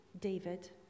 David